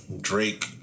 Drake